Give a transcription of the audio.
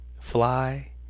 fly